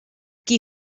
qui